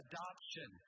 Adoption